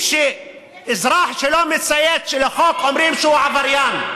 אזרח שלא מציית לחוק אומרים שהוא עבריין.